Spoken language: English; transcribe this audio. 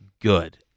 good